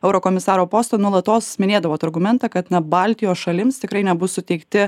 eurokomisaro posto nuolatos minėdavot argumentą kad na baltijos šalims tikrai nebus suteikti